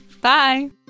Bye